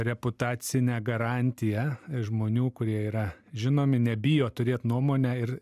reputacinę garantiją žmonių kurie yra žinomi nebijo turėt nuomonę ir